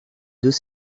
deux